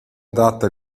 adatta